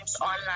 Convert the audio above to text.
online